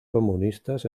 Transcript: comunistas